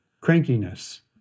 crankiness